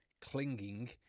clinging